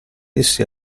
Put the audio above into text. essi